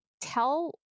tell